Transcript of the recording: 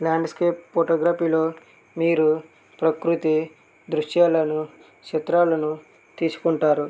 landscape ఫోటోగ్రఫీలో మీరు ప్రకృతి దృశ్యాలను చిత్రాలను తీసుకుంటారు